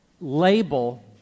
label